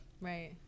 Right